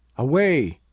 away!